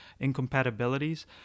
incompatibilities